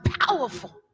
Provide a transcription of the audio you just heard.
powerful